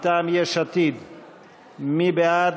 מטעם יש עתיד, מי בעד?